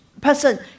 person